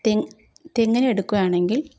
തെങ്ങ് തെങ്ങിനെ എടുക്കുകയാണെങ്കിൽ